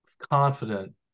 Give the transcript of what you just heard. confident